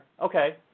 Okay